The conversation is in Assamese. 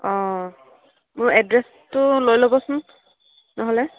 অঁ মোৰ এড্ৰেছটো লৈ ল'বচোন নহ'লে